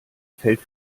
fällt